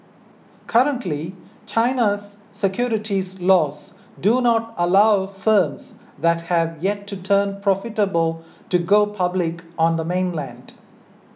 currently China's securities laws do not allow firms that have yet to turn profitable to go public on the mainland